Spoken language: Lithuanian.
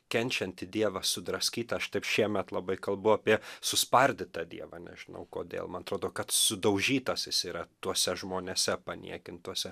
kenčiantį dievą sudraskytą aš taip šiemet labai kalbu apie suspardytą dievą nežinau kodėl man atrodo kad sudaužytas jis yra tuose žmonėse paniekintuose